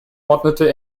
ordnete